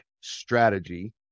strategy